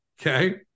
Okay